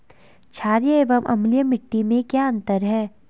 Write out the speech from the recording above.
छारीय एवं अम्लीय मिट्टी में क्या अंतर है?